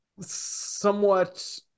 somewhat